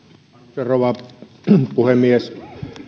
rouva puhemies